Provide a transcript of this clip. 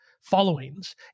followings